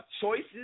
choices